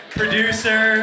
producer